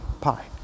pi